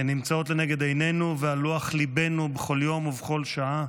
הן נמצאות לנגד עינינו ועל לוח ליבנו בכל יום ובכל שעה,